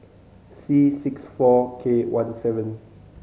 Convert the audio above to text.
C six four K one seven